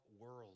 world